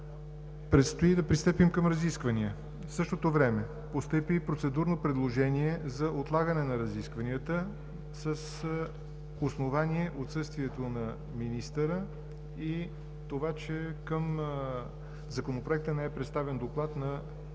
предстои да пристъпим към разисквания. В същото време постъпи и процедурно предложение за отлагане на разискванията с основание отсъствието на министъра и това, че към Законопроекта не е представен доклад на